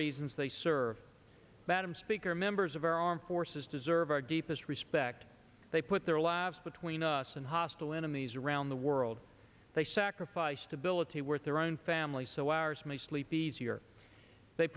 reasons they served madam speaker members of our armed forces deserve our deepest respect they put their lives between us and hostile enemies around the world they sacrificed ability with their own families so ours may sleep easier they